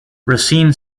racine